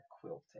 quilting